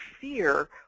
fear